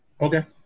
Okay